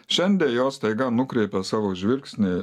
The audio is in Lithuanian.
šiandie jos staiga nukreipia savo žvilgsnį